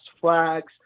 Flags